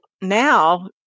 now